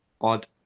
odd